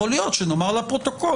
יכול להיות שנאמר לפרוטוקול,